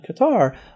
Qatar